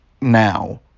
now